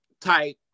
type